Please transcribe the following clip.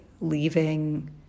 leaving